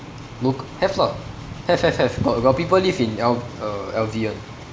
loc~ have lah have have have got got people live in L~ uh L_V [one]